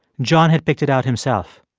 john had picked it out himself.